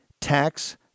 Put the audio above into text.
Tax